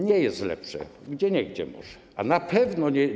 Nie jest lepsze, gdzieniegdzie może, a na pewno nie.